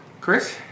Chris